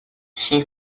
she